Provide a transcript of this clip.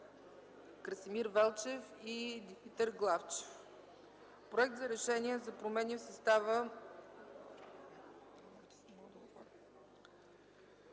Красимир Велчев и Димитър Главчев. Проект за решение за промени в състава